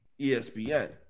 ESPN